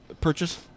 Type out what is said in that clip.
purchase